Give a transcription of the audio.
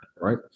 right